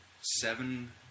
Seven